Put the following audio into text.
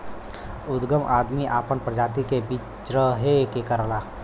उदगम आदमी आपन प्रजाति के बीच्रहे के करला